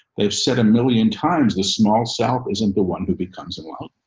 they have said a million times, the small sal isn't the one who becomes a, well,